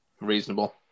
reasonable